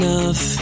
Enough